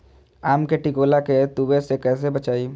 आम के टिकोला के तुवे से कैसे बचाई?